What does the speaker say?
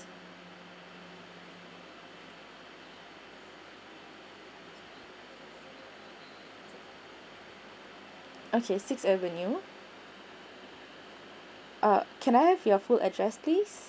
okay sixth avenue uh can I have your full address please